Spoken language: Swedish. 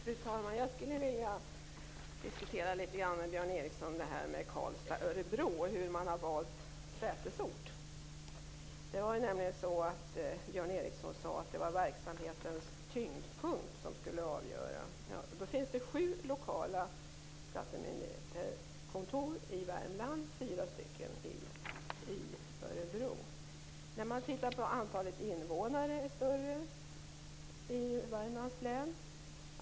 Fru talman! Jag skulle vilja diskutera Karlstad och Örebro och hur man har valt sätesort med Björn Ericson. Björn Ericson sade att det var verksamhetens tyngdpunkt som skulle avgöra. Det finns sju lokala skattemyndighetskontor i Värmland och fyra i Örebro. Antalet invånare är större i Värmlands län.